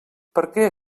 perquè